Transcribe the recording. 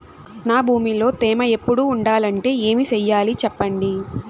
నా భూమిలో తేమ ఎప్పుడు ఉండాలంటే ఏమి సెయ్యాలి చెప్పండి?